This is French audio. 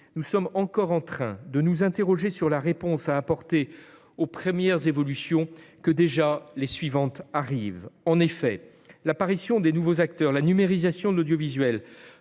nous sommes encore en train de nous interroger sur la réponse à apporter aux premières évolutions que, déjà, les suivantes arrivent. Ainsi, l'apparition des nouveaux acteurs et la numérisation de l'audiovisuel